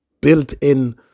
built-in